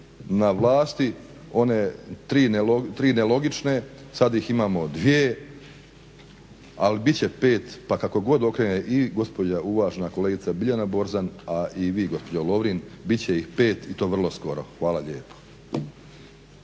na vlasti one tri nelogične, sada ih imamo dvije, ali bit će pet pa kako god okrene i gospođa uvažena kolegica Biljana Borzan, a i vi gospođo Lovrin bit će ih pet i to vrlo skoro. Hvala lijepo.